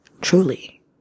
truly